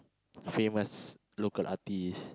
famous local artist